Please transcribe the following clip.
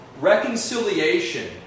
reconciliation